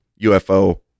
UFO